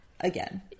again